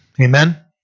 Amen